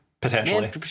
potentially